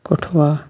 Kathua